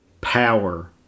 power